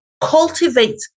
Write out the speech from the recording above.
cultivate